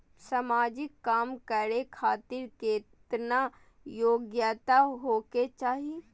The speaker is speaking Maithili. समाजिक काम करें खातिर केतना योग्यता होके चाही?